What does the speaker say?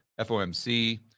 FOMC